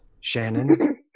Shannon